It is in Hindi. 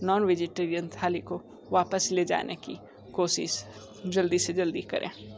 नॉन वेजीटेरियन थाली को वापस ले जाने की कोशिश जल्दी से जल्दी करें